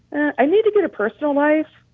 i need to get a personal life